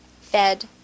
fed